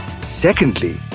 Secondly